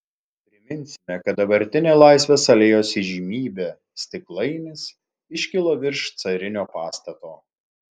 priminsime kad dabartinė laisvės alėjos įžymybė stiklainis iškilo virš carinio pastato